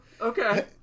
Okay